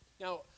Now